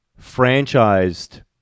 franchised